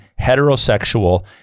heterosexual